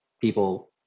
people